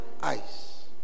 Ice